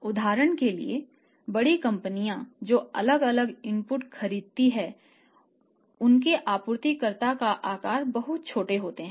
उदाहरण के लिए बड़ी कंपनियां जो अलग अलग इनपुट खरीदती हैं उनके आपूर्तिकर्ता आकार में बहुत छोटे होते हैं